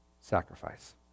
sacrifice